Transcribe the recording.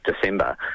december